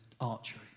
archery